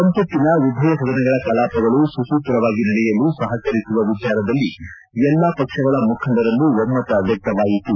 ಸಂಸತ್ತಿನ ಉಭಯ ಸದನಗಳ ಕಲಾಪಗಳು ಸುಸೂತ್ರವಾಗಿ ನಡೆಯಲು ಸಹಕರಿಸುವ ವಿಚಾರದಲ್ಲಿ ಎಲ್ಲಾ ಪಕ್ಷಗಳ ಮುಖಂಡರಲ್ಲೂ ಒಮ್ಗತ ವ್ಲಕ್ಲವಾಯಿತು